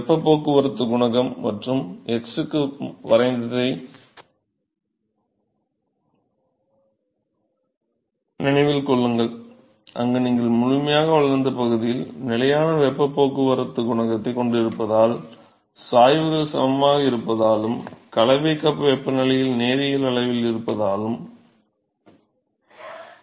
இந்த வெப்பப் போக்குவரத்துக் குணகம் மற்றும் x க்கும் வரைந்ததை நினைவில் கொள்ளுங்கள் அங்கு நீங்கள் முழுமையாக வளர்ந்த பகுதியில் நிலையான வெப்பப் போக்குவரத்துக் குணகத்தைக் கொண்டிருப்பதால் சாய்வுகள் சமமாக இருப்பதாலும் கலவை கப் வெப்பநிலை நேரியல் அளவிலும் இருப்பதால் தான்